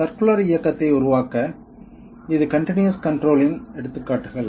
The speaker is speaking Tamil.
சர்குலர் இயக்கத்தை உருவாக்க இது கன்டினியஸ் கண்ட்ரோல் இன் எடுத்துக்காட்டுகள்